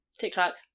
tiktok